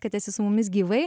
kad esi su mumis gyvai